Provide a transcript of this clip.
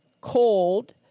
cold